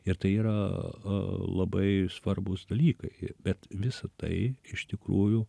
ir tai yra labai svarbūs dalykai bet visa tai iš tikrųjų